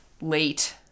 late